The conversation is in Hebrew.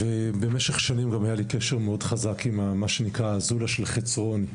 ובמשך שנים היה לי קשר מאוד חזק עם "הזולה של חצרוני",